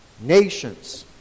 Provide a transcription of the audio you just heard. Nations